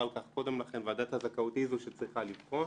על כך קודם לכן היא זו שצריכה לבחון.